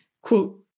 Quote